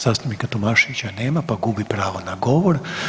Zastupnika Tomaševića nema pa gubi pravo na govor.